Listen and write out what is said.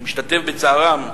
אני משתתף בצערם.